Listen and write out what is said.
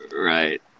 Right